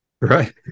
Right